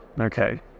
Okay